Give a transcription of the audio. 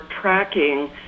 tracking